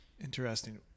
interesting